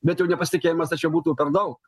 bet jau nepasitikėjimas tai čia būtų per daug